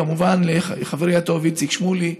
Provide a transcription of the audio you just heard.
כמובן, לחברי הטוב איציק שמולי,